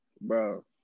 bro